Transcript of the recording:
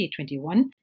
2021